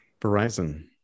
Verizon